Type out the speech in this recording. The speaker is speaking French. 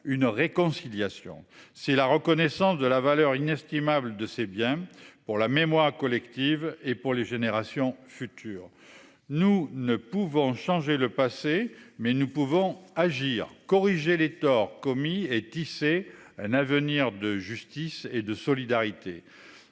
Une réconciliation. C'est la reconnaissance de la valeur inestimable de c'est bien pour la mémoire collective et pour les générations futures. Nous ne pouvons changer le passé mais nous pouvons agir corriger les torts commis et tisser un avenir de justice et de solidarité.